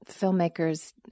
filmmakers